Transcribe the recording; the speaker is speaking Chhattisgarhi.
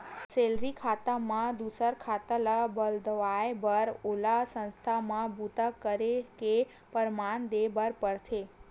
सेलरी खाता म दूसर खाता ल बदलवाए बर ओला संस्था म बूता करे के परमान देबर परथे